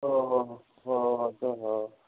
ਹਾਂ ਹਾਂ ਹਾਂ ਹਾਂ ਹੱਦ ਆ ਹਾਂ